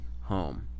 home